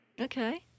Okay